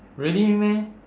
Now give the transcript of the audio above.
really meh